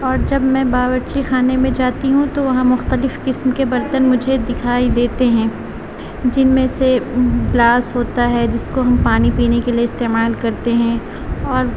اور جب میں باورچی خانے میں جاتی ہوں تو وہاں مختلف قسم کے برتن مجھے دکھائی دیتے ہیں جن میں سے گلاس ہوتا ہے جس کو ہم پانی پینے کے لیے استعمال کرتے ہیں اور